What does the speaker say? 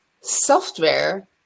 software